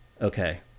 okay